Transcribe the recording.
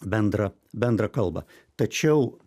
bendrą bendrą kalbą tačiau